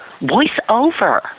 voiceover